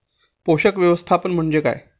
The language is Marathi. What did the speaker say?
पोषक व्यवस्थापन म्हणजे काय?